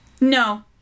No